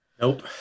Nope